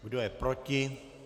Kdo je proti?